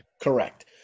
Correct